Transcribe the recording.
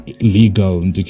legal